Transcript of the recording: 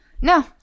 No